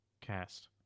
cast